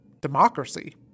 democracy